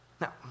Now